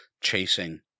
chasing